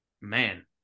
Man